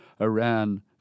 Iran